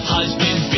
Husband